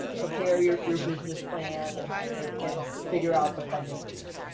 prepare your your business plan and and and figure out the funding piece.